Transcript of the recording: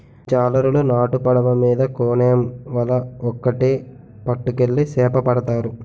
జాలరులు నాటు పడవ మీద కోనేమ్ వల ఒక్కేటి పట్టుకెళ్లి సేపపడతారు